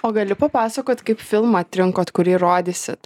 o gali papasakot kaip filmą atrinkot kurį rodysit